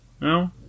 No